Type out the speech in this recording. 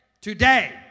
today